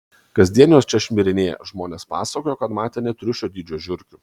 kasdien jos čia šmirinėja žmonės pasakojo kad matę net triušio dydžio žiurkių